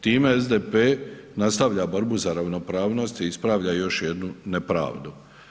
Time SDP nastavlja borbu za ravnopravnost i ispravlja još jednu nepravdu.